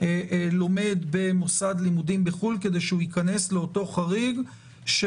לומד במוסד לימודים בחו"ל כדי שהוא ייכנס לאותו חריג שהוא